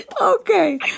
Okay